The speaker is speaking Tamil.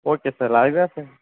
ஓகே சார் அதுக்கு தான் சார்